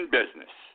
business